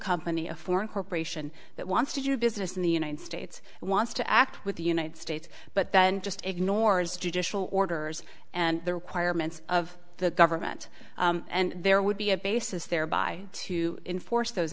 company a foreign corporation that wants to do business in the united states wants to act with the united states but then just ignores judicial orders and the requirements of the government and there would be a basis thereby to enforce those